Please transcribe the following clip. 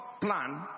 plan